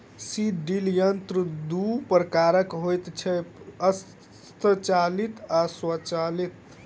seed drill यंत्र दू प्रकारक होइत छै, हस्तचालित आ स्वचालित